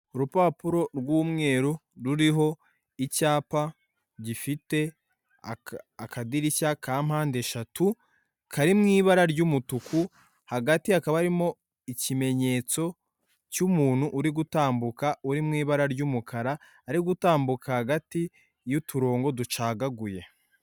Urupapuro rw'umweru ruriho icyapa gifite akadirishya ka mpandeshatu kari mu ibara ry'umutuku; hagati hakaba harimo ikimenyetso cy'umuntu uri gutambuka uri mu ibara ry'umukara, ari gutambuka hagati y'uturongo ducagaguye.